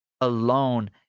alone